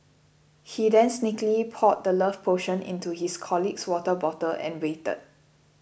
he then sneakily poured the love potion into his colleague's water bottle and waited